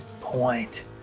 point